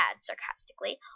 sarcastically